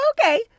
Okay